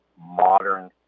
modern